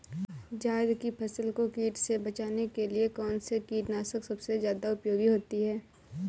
जायद की फसल को कीट से बचाने के लिए कौन से कीटनाशक सबसे ज्यादा उपयोगी होती है?